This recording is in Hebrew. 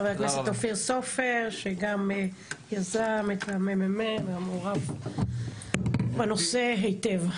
חבר הכנסת אופיר סופר שגם יזם את הממ"מ והיה מעורב בנושא היטב.